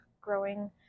growing